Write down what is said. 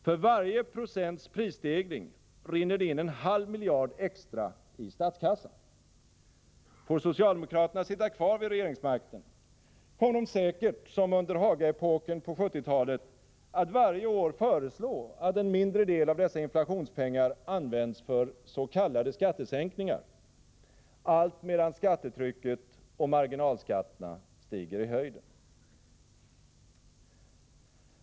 För varje procents prisstegring rinner det in en halv miljard extra i statskassan. Får socialdemokraterna sitta kvar vid regeringsmakten, kommer de säkert som under Haga-epoken på 1970-talet att varje år föreslå att en mindre del av dessa inflationspengar används för s.k. skattesänkningar, allt medan skattetrycket och marginalskatterna stiger i höjden.